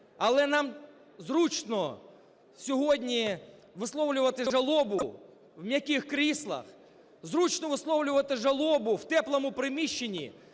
Але нам зручно сьогодні висловлювати жалобу в м'яких кріслах, зручно висловлювати жалобу в теплому приміщенні.